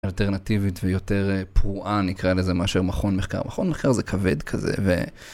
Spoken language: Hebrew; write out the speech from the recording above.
אלטרנטיבית ויותר פרועה נקרא לזה, מאשר מכון מחקר, מכון מחקר זה כבד כזה ו...